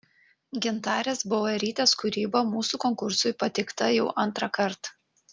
gintarės bauerytės kūryba mūsų konkursui pateikta jau antrąkart